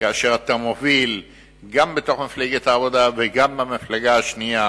כאשר אתה מוביל גם בתוך מפלגת העבודה וגם במפלגה השנייה